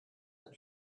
ein